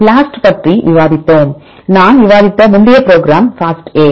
BLAST பற்றி விவாதித்தோம் நான் விவாதித்த முந்தைய ப்ரோக்ராம் FASTA